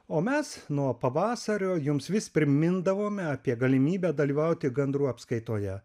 o mes nuo pavasario jums vis primindavome apie galimybę dalyvauti gandrų apskaitoje